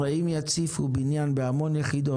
הרי אם יציפו בניין בהמון יחידות,